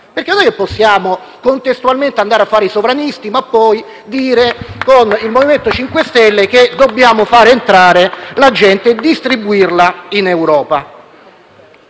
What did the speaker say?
lo fa? Non possiamo contestualmente andare a fare i sovranisti e poi dire, con il MoVimento 5 Stelle, che dobbiamo fare entrare la gente e distribuirla in Europa.